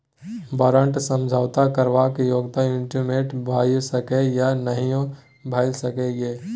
बारंट समझौता करबाक योग्य इंस्ट्रूमेंट भइयो सकै यै या नहियो भए सकै यै